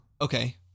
Okay